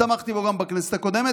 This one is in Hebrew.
ותמכתי בו גם בכנסת הקודמת,